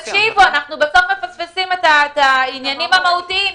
בסוף אנחנו מפספסים את העניינים המהותיים.